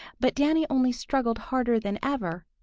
but danny only struggled harder than ever.